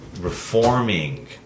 reforming